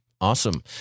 Awesome